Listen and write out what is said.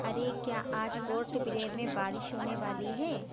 ارے کیا آج پورٹ بریر میں بارش ہونے والی ہے